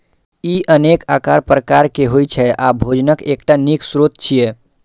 ई अनेक आकार प्रकार के होइ छै आ भोजनक एकटा नीक स्रोत छियै